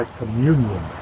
communion